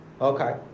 Okay